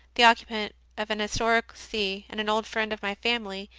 the occupant of an his toric see and an old friend of my family,